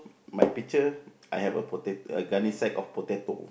my picture I have a potat~ a gunny sack of potato